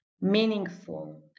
meaningful